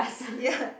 ya